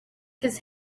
his